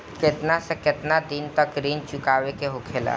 केतना से केतना दिन तक ऋण चुकावे के होखेला?